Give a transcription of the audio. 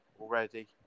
already